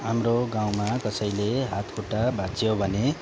हाम्रो गाउँमा कसैले हातखुट्टा भाँच्यो भने